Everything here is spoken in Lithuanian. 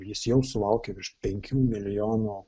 jis jau sulaukė virš penkių milijonų